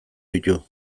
ditu